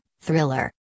Thriller